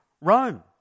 Rome